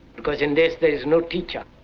because in this there is no teacher,